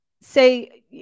say